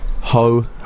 ho